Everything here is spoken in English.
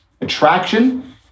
attraction